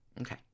Okay